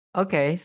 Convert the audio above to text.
okay